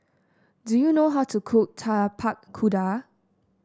do you know how to cook Tapak Kuda